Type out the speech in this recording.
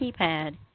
keypad